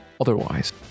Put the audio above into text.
Otherwise